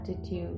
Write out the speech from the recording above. attitude